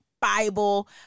Bible